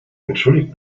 entschuldigt